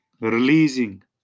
releasing